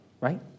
right